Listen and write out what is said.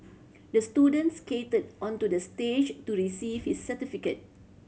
the student skated onto the stage to receive his certificate